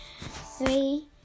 three